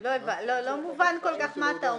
לא מובן כל כך מה שאתה אומר.